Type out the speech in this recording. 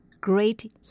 great